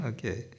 Okay